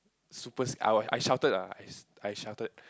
super sc~ I I shouted ah I I shouted